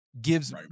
gives